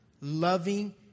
loving